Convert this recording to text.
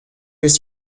was